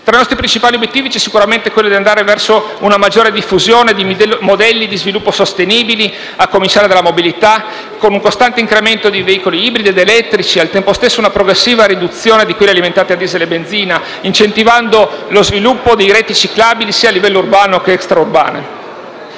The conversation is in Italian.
Tra i nostri principali obiettivi c'è sicuramente quello di andare verso una maggiore diffusione di modelli di sviluppo sostenibili, a cominciare dalla mobilità, con un costante incremento di veicoli ibridi ed elettrici e, al tempo stesso, una progressiva riduzione di quelli alimentati a diesel e benzina, incentivando lo sviluppo di reti ciclabili, sia a livello urbano sia extraurbano.